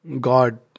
God